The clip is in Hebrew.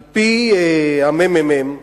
על-פי הממ"מ,